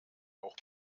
auch